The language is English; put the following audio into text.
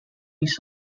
his